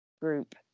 group